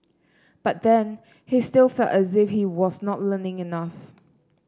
but then he still felt as if he was not learning enough